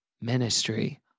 Ministry